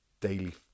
Daily